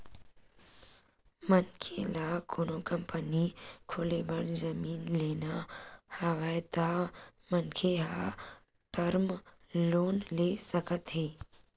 मनखे ल कोनो कंपनी खोले बर जमीन लेना हवय त मनखे ह टर्म लोन ले सकत हे